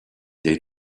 they